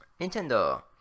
Nintendo